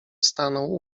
stanął